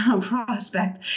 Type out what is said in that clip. prospect